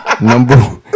number